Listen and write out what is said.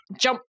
jump